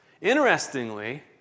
Interestingly